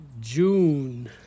June